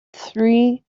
three